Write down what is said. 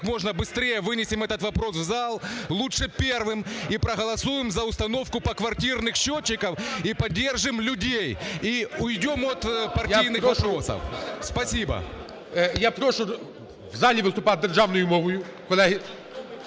Я прошу в залі виступати державною мовою, колеги.